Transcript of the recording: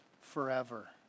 forever